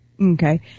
Okay